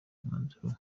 umwanzuro